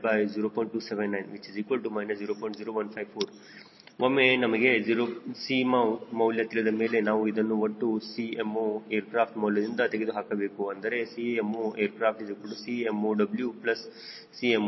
0154 ಒಮ್ಮೆ ನಮಗೆ 𝐶mow ಮೌಲ್ಯ ತಿಳಿದ ಮೇಲೆ ನಾವು ಅದನ್ನು ಒಟ್ಟು 𝐶moac ಮೌಲ್ಯದಿಂದ ತೆಗೆದುಹಾಕಬಹುದು ಅಂದರೆ Cmoac Cmow Cmot 0